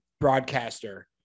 broadcaster